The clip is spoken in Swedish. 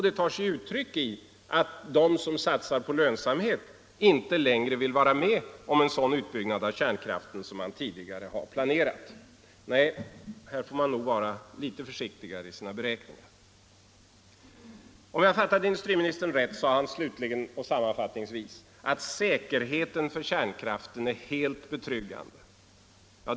Det tar sig uttryck i att de som satsar på lönsamhet inte längre vill vara med om en sådan utbyggnad av kärnkraften som man tidigare har planerat. Nej, här får man nog vara litet försiktigare i sina beräkningar. Om jag fattade industriministern rätt, sade han slutligen och sammanfattningsvis att säkerheten för kärnkraften är helt betryggande.